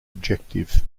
objective